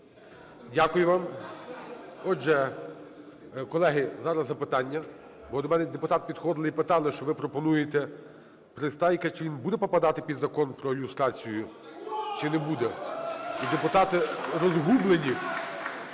Дякую вам. Отже, колеги, зараз запитання. Бо до мене депутати підходили і питали, що ви пропонуєте Пристайка. Чи він буде попадати під Закон про люстрацію, чи не буде? ( Шум у залі)